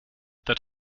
that